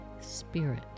Spirit